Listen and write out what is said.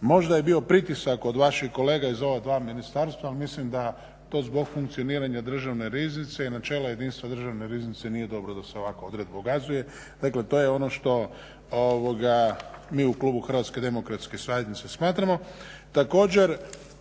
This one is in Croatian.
možda je bio pritisak od vaših kolega iz ova dva ministarstva ali mislim da to zbog funkcioniranja Državne riznice i načela jedinstva Državne riznice nije dobro da se ovakva odredba …. Dakle to je ono što mi u klubu HDZ-a smatramo.